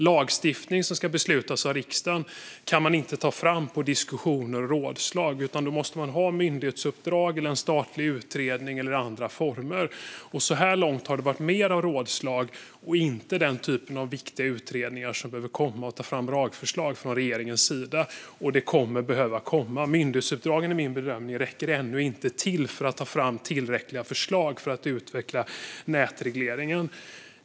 Lagstiftning som ska beslutas av riksdagen kan man inte ta fram på diskussioner och rådslag, utan man måste ha myndighetsuppdrag, en statlig utredning eller andra former. Så här långt har det varit mer av rådslag och inte den typ av viktiga utredningar som behövs för att ta fram lagförslag från regeringen. Sådana behöver komma. Enligt min bedömning räcker myndighetsuppdragen inte till för att ta fram tillräckliga förslag för att utveckla nätregleringen.